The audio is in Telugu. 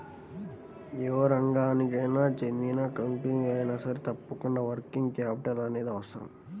యే రంగానికి చెందిన కంపెనీ అయినా సరే తప్పకుండా వర్కింగ్ క్యాపిటల్ అనేది అవసరం